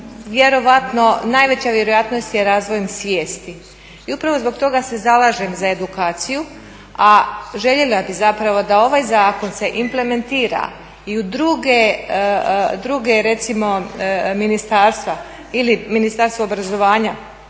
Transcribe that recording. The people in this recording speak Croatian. Najveća vjerojatnost je razvojem svijesti. I upravo zbog toga se zalažem za edukaciju, a željela bih da se ovaj zakon implementira i u druga ministarstva ili Ministarstvo obrazovanja